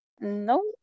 no